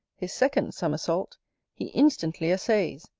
his second summersault he instantly essays,